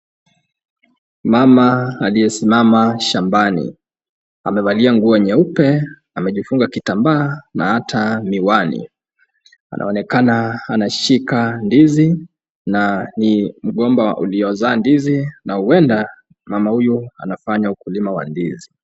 Mama aliyesimama shambani amevalia nguo nyeupe, amejifunga kitambaa na hata miwani. Anaonekana anashika ndizi na ni mgomba uliozaa ndizi na huenda mama huyu anafanya ukulima wa ndizi.